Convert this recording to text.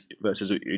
versus